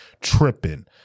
tripping